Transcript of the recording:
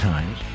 Times